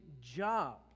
job